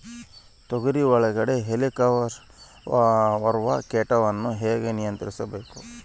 ತೋಗರಿಯಲ್ಲಿ ಹೇಲಿಕವರ್ಪ ಕೇಟವನ್ನು ಹೇಗೆ ನಿಯಂತ್ರಿಸಬೇಕು?